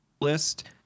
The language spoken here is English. list